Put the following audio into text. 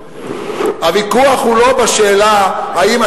הוויכוח הוא לא בשאלה האם,